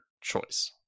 choice